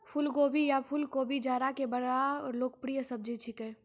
फुलगोभी या फुलकोबी जाड़ा के बड़ा लोकप्रिय सब्जी छेकै